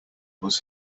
was